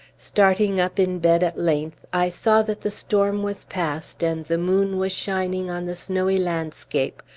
starting up in bed at length, i saw that the storm was past, and the moon was shining on the snowy landscape,